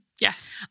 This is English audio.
Yes